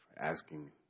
asking